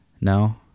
No